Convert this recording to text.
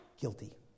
guilty